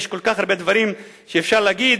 יש כל כך הרבה דברים שאפשר להגיד,